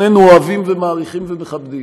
שנינו אוהבים ומעריכים ומכבדים.